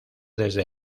desde